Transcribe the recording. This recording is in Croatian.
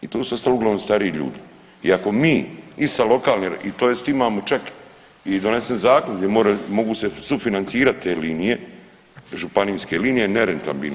I tu su ostali uglavnom stari ljudi i ako mi i sa lokalne i tj. imamo čak je donesen zakon gdje mogu se sufinancirati te linije županijske linije nerentabilne.